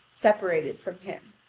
separated from him.